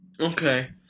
Okay